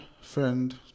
friend